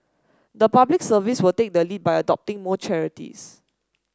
the Public Service will take the lead by adopting more charities